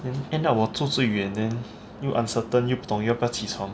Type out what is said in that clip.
end up 我住最远 then 又 uncertain 又不懂要不要起床